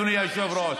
אדוני היושב-ראש.